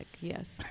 Yes